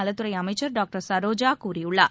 நலத்துறைஅமைச்சர் doctor சரோஜாகூறியிருக்கிறார்